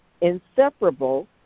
inseparable